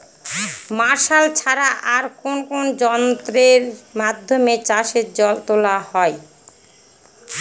Martial ছাড়া আর কোন কোন যন্ত্রেরর মাধ্যমে চাষের জল তোলা হয়?